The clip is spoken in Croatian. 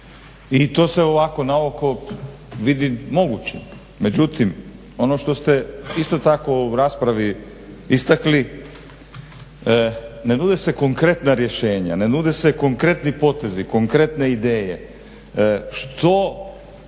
I to se ovako na oko vidi mogućim. Međutim ono što ste isto tako u raspravi istakli, ne nude se konkretna rješenja ne nude se konkretni potezi, konkretne ideje. Što